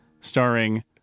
starring